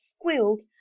squealed